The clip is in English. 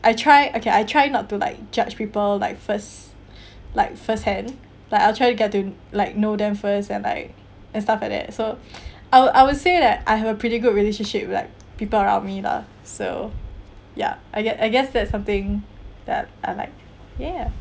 I try okay I try not to like judge people like first like first hand like I'll try to get to like know them first and like and stuff like that so I would I would say that I have a pretty good relationship like people around me lah so ya I guess I guess that's something that I like ya